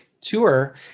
tour